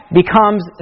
becomes